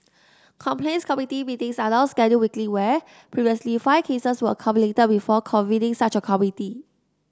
complaints committee meetings are now scheduled weekly where previously five cases were accumulated before convening such a committee